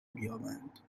بیابند